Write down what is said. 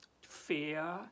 fear